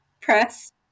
Press